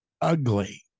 ugly